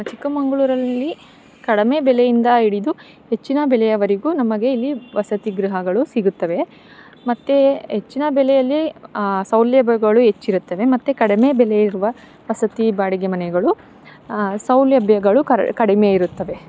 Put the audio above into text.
ಚಿಕ್ಕಮಗ್ಳೂರಲ್ಲಿ ಕಡಿಮೆ ಬೆಲೆಯಿಂದ ಹಿಡಿದು ಹೆಚ್ಚಿನ ಬೆಲೆಯವರೆಗೂ ನಮಗೆ ಇಲ್ಲಿ ವಸತಿ ಗೃಹಗಳು ಸಿಗುತ್ತವೆ ಮತ್ತು ಹೆಚ್ಚಿನ ಬೆಲೆಯಲ್ಲಿ ಸೌಲಭ್ಯಗಳು ಹೆಚ್ಚಿರುತ್ತವೆ ಮತ್ತು ಕಡಿಮೆ ಬೆಲೆಯಿರುವ ವಸತಿ ಬಾಡಿಗೆ ಮನೆಗಳು ಸೌಲಭ್ಯಗಳು ಕರ್ ಕಡಿಮೆಯಿರುತ್ತವೆ